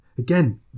Again